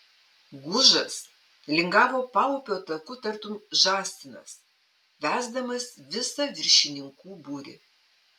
gužas lingavo paupio taku tartum žąsinas vesdamas visą viršininkų būrį